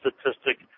statistic